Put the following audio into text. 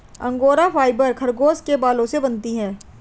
angora fibre खरगोश के बालों से बनती है